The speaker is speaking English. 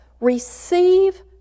receive